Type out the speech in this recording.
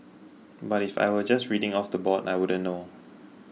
but if I were just reading it off the board I wouldn't know